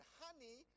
honey